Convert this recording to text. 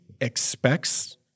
expects